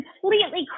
completely